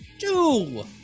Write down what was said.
two